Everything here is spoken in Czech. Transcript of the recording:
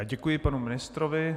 Děkuji panu ministrovi.